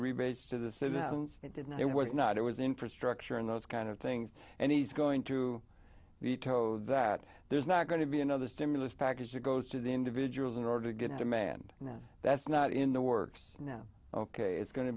rebates to the citizens it didn't it was not it was infrastructure and those kind of things and he's going to veto that there's not going to be another stimulus package that goes to the individuals in order to get a demand that's not in the works now ok it's go